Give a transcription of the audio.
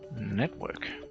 network.